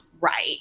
Right